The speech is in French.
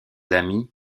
amis